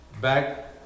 back